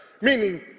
meaning